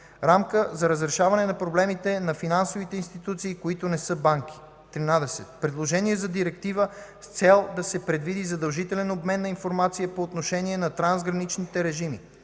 Рамка за разрешаване на проблемите на финансовите институции, които не са банки. 13. Предложение за Директива с цел да се предвиди задължителен обмен на информация по отношение на трансграничните режими.